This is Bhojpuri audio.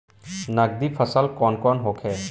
नकदी फसल कौन कौनहोखे?